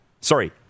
Sorry